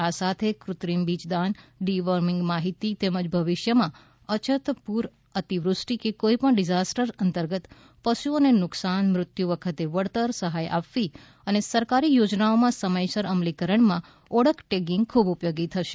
આ સાથે કૃત્રિમ બીજદાન ડી વર્મિંગ માહિતી તેમજ ભવિષ્યમાં અછત પુર અતિવૃષ્ટિ કે કોઇ પણ ડિઝાસ્ટર અંતર્ગત પશુઓને નુકશાન મૃત્યુ વખતે વળતર સહાય આપવી અને સરકારી યોજનાઓના સમયસર અમલીકરણમાં આ ઓળખ ટેગિંગ ખુબ ઉપયોગી થશે